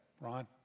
Ron